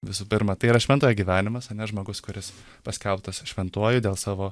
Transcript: visų pirma tai yra šventojo gyvenimas ane žmogus kuris paskelbtas šventuoju dėl savo